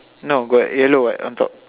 no got yellow what on top